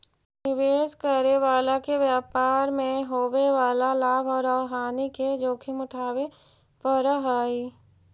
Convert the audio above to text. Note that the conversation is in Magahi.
निवेश करे वाला के व्यापार मैं होवे वाला लाभ औउर हानि के जोखिम उठावे पड़ऽ हई